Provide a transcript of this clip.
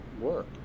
work